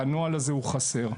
והנוהל הזה הוא חסר.